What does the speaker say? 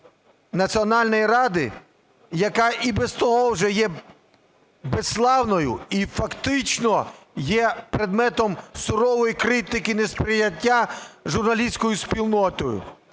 Національної ради, яка і без того вже є безславною, і фактично є предметом сурової критики несприйняття журналістською спільнотою.